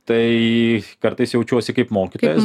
tai kartais jaučiuosi kaip mokytojas